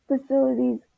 facilities